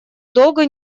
долго